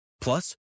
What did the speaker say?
Plus